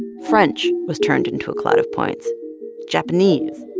french was turned into a cloud of points japanese.